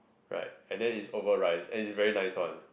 right and then is over rice and it's very nice one